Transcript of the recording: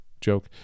joke